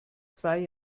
zwei